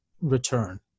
return